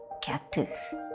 cactus